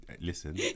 Listen